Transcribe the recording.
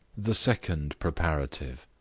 the second preparative.